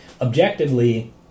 objectively